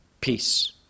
peace